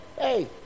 Hey